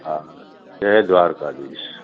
हा जय द्वारकादीश